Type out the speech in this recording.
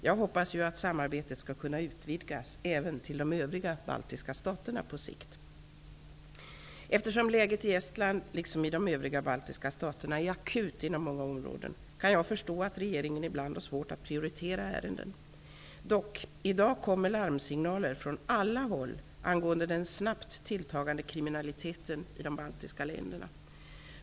Jag hoppas ju att samarbetet på sikt skall kunna utvidgas även till de övriga baltiska staterna. Eftersom läget i Estland liksom i de övriga baltiska staterna är akut inom många områden, kan jag förstå att regeringen ibland kan ha svårt att prioritera ärenden. Dock -- i dag kommer larmsignaler från alla håll angående den snabbt tilltagande kriminaliteten i de baltiska länderna.